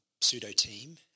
pseudo-team